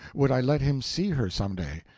would i let him see her some day?